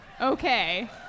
okay